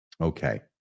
Okay